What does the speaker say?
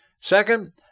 Second